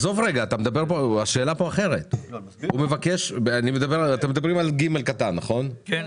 השאלה פה אחרת, אתם מדברים על (ג), נכון?